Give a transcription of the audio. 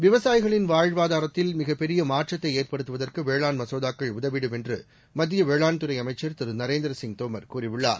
விவசாயிகளின் வாழ்வாதாரத்தில் மிகப்பெரிய மாற்றத்தை ஏற்படுத்துவதற்கு வேளாண் மசோதாக்கள் உதவிடும் என்று மத்திய வேளாண்துறை அமைச்சள் திரு நரேந்திரசிங் தோமர் கூறியுள்ளார்